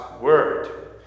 word